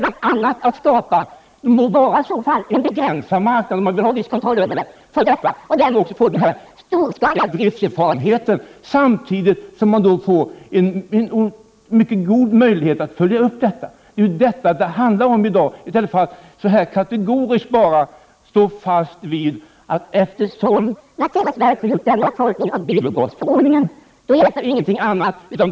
Det gäller att bl.a. skapa en marknad -— låt vara att denna kan vara begränsad - för detta. Man måste ju ha en viss kontroll över det hela. Därmed får vi också erfarenheter av storskalig drift, samtidigt som vi får mycket goda möjligheter till uppföljning. Det är vad det i dag handlar om. Men i stället står man kategoriskt fast vid naturvårdsverkets tolkning av bilavgasförordningen — ingenting annat hjälper.